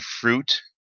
fruit